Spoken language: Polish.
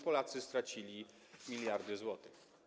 Polacy stracili miliardy złotych.